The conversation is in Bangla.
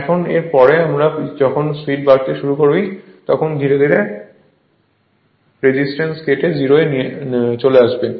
এখন এর পরে আমি যখন স্পিড বাড়তে শুরু করি ধীরে ধীরে এবং ধীরে ধীরে রেজিস্ট্যান্স কেটে 0 এ নিয়ে আসি